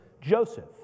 Joseph